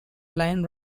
line